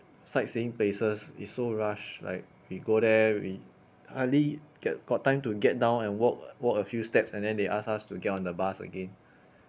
sightseeing places it's so rush like we go there we hardly get got time to get down and walk walk a few steps and then they ask us to get on the bus again